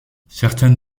certaines